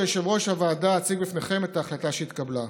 כיושב-ראש הוועדה אציג בפניכם את ההחלטה שהתקבלה.